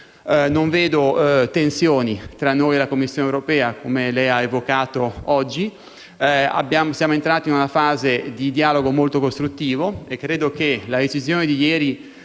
Non vedo tensioni fra noi e la Commissione europea, come lei ha evocato oggi. Siamo entrati in una fase di dialogo molto costruttivo e credo che la decisione di ieri